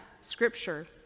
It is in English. scripture